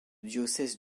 diocèse